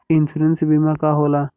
Insurance बीमा का होला?